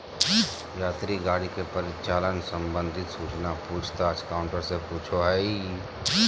यात्री गाड़ी के परिचालन संबंधित सूचना पूछ ताछ काउंटर से पूछो हइ